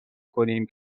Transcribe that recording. کنیم